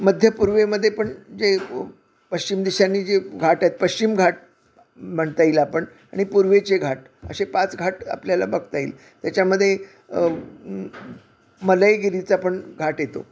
मध्यपूर्वेमध्ये पण जे पश्चिम दिशांनी जे घाट आहेत पश्चिम घाट म्हणता येईल आपण आणि पूर्वेचे घाट असे पाच घाट आपल्याला बघता येईल त्याच्यामध्ये मलायगिरीचा पण घाट येतो